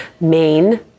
Maine